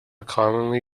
commonly